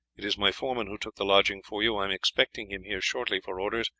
it is my foreman who took the lodging for you i am expecting him here shortly for orders,